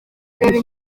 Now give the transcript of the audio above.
reba